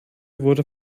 wurde